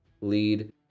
lead